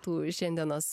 tų šiandienos